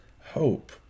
hope